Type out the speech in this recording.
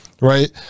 right